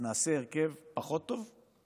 נעשה הרכב פחות טוב?